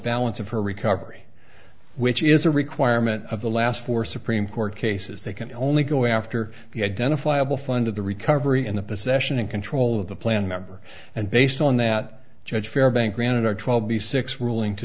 balance of her recovery which is a requirement of the last four supreme court cases they can only go after the identifiable fund of the recovery in the possession and control of the plan member and based on that judge fair bank granted our trouble be six ruling to